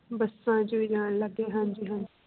ਬੱਸਾਂ 'ਚ ਵੀ ਜਾਣ ਲੱਗੇ ਹਾਂਜੀ ਹਾਂਜੀ